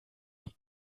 die